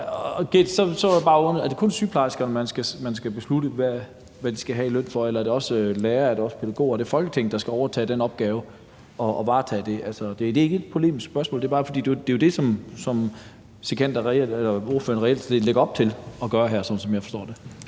er det kun sygeplejerskerne, man skal beslutte hvad skal have i løn, eller er det også lærere, er det også pædagoger; er det Folketinget, der skal overtage den opgave og varetage det? Det er ikke et polemisk spørgsmål; det er bare, fordi det jo er det, ordføreren reelt set lægger op til at gøre her, som jeg forstår det.